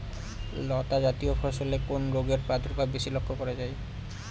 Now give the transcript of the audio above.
লতাজাতীয় ফসলে কোন রোগের প্রাদুর্ভাব বেশি লক্ষ্য করা যায়?